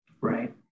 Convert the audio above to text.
Right